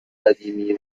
قدیمی